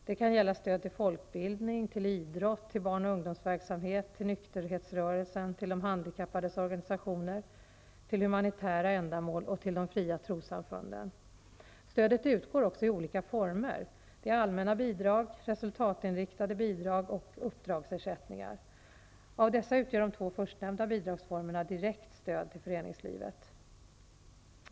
Det kan gälla stöd till folkbildning, idrott, barn och ungdomsverksamhet, nykterhetsrörelsen, de handikappades organisationer, humanitära ändamål och de fria trossamfunden. Stödet utgår i olika former, t.ex. allmänna bidrag, resultatinriktade bidrag och uppdragsersättningar. Av dessa utgör de två förstnämnda bidragsformerna direkt stöd till föreningslivet.